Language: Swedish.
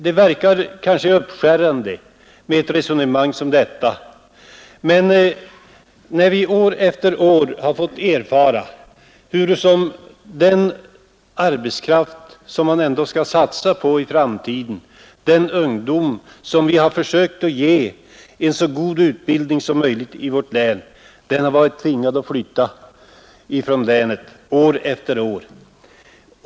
Det verkar kanske uppskärrande med ett resonemang som detta, men vi har år efter år fått erfara hurusom den arbetskraft som man ändå skall satsa på i framtiden, den ungdom som vi har försökt ge en så god utbildning som möjligt i vårt län, har varit tvingad att flytta från länet.